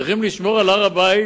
צריכים לשמור על הר-הבית